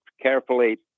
carefully